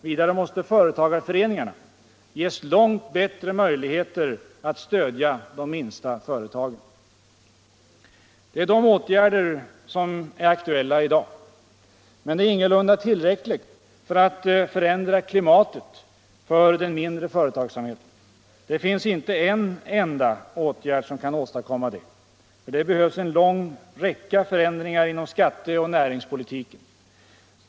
Vidare måste företagareföreningarna ges långt bättre möjligheter att stödja de minsta företagen. Det är de åtgärder som är aktuella i dag. Men det är ingalunda tillräckligt för att förändra klimatet för den mindre företagsamheten. Det är inte en enda åtgärd som kan åstadkomma det. För det behövs en lång räcka förändringar inom skatteoch näringspolitiken.